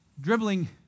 dribbling